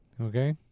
Okay